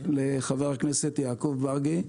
לחה"כ יעקב מרגי.